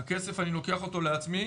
הכסף - אני לוקח אותו לעצמי.